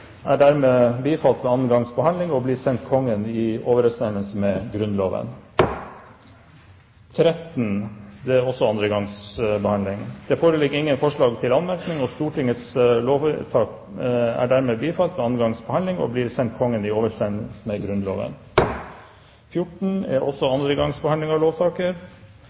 er dermed bifalt ved andre gangs behandling og blir å sende Kongen i overensstemmelse med Grunnloven. Det foreligger ingen forslag til anmerkning, og Stortingets lovvedtak er dermed bifalt ved andre gangs behandling og blir å sende Kongen i overensstemmelse med Grunnloven. Det foreligger ingen forslag til anmerkning, og Stortingets lovvedtak er dermed bifalt ved andre gangs behandling